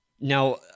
Now